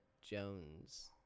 Jones